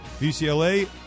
UCLA